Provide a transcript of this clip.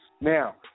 Now